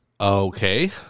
Okay